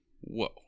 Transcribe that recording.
whoa